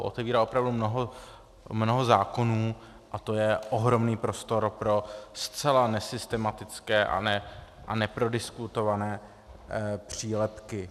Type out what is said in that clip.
Otevírá opravdu mnoho zákonů a to je ohromný prostor pro zcela nesystematické a neprodiskutované přílepky.